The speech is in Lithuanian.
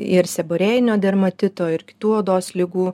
ir seborėjinio dermatito ir kitų odos ligų